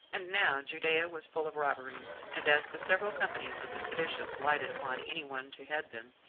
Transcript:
and now judea was full of robberies and as the several companies of the seditious lighted upon any one to head them,